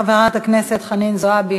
חברת הכנסת חנין זועבי,